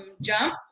jump